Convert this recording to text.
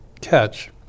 catch